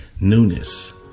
newness